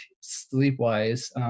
sleep-wise